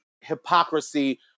hypocrisy